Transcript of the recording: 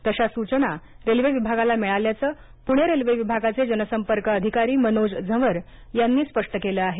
तशा सूचना रेल्वे विभागाला मिळाल्याच पुणे रेल्वे विभागाचे जनसंपर्क अधिकारी मनोज झंवर यांनी स्पष्ट केलं आहे